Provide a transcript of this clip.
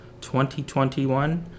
2021